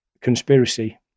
conspiracy